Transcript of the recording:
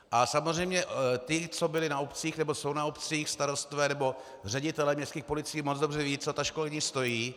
A samozřejmě ti, co byli na obcích, nebo jsou na obcích, starostové nebo ředitelé městských policií, moc dobře vědí, co ta školení stojí.